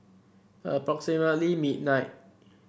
approximately midnight